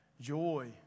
joy